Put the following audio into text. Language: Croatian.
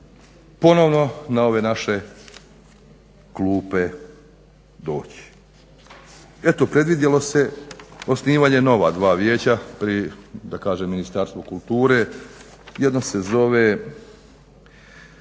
ponovno na ove naše klupe doći. Eto predvidjelo se osnivanje nova dva vijeća pri Ministarstvu kulture, jedno se bavi